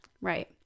right